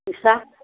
नोंसोरहा